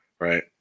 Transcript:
right